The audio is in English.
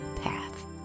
path